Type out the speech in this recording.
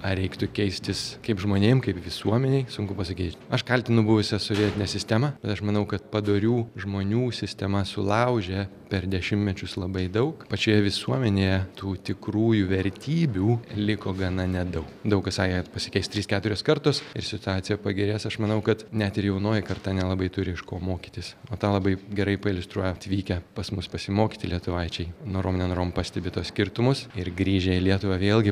ar reiktų keistis kaip žmonėm kaip visuomenei sunku pasakyti aš kaltinu buvusią sovietinę sistemą bet aš manau kad padorių žmonių sistema sulaužė per dešimtmečius labai daug pačioje visuomenėje tų tikrųjų vertybių liko gana nedaug daug kas sakė kad pasikeis trys keturios kartos ir situacija pagerės aš manau kad net ir jaunoji karta nelabai turi iš ko mokytis o tą labai gerai pailiustruoja atvykę pas mus pasimokyti lietuvaičiai norom nenorom pastebi tuos skirtumus ir grįžę į lietuvą vėlgi